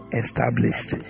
established